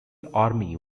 army